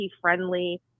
friendly